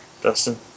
Dustin